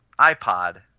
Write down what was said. iPod